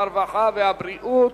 הרווחה והבריאות,